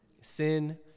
Sin